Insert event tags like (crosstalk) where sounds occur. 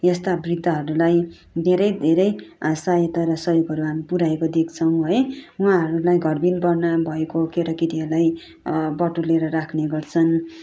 यस्ता बृद्धहरूलाई धेरै धेरै सहायता र सहयोगहरू हामी पुऱ्याएको देख्छौँ है उहाँहरूलाई घर विहीन (unintelligible) भएको केटाकेटीहरूलाई बटुलेर राख्ने गर्छन्